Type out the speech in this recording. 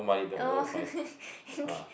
oh